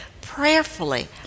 prayerfully